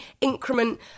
increment